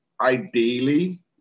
ideally